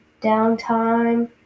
downtime